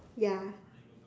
ya